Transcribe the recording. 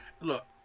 Look